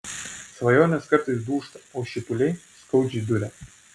svajonės kartais dūžta o šipuliai skaudžiai duria